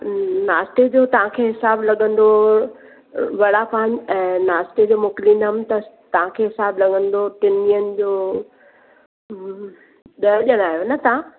नाश्ते जो तव्हांखे हिसाबु लॻंदो वड़ा पाव ऐं नाश्ते जो मोकिलिंदमि त तव्हांखे हिसाबु लॻंदो टिनि ॾींहंनि जो ॾह ॼणा आहियो न तव्हां